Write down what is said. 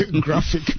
graphic